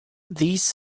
these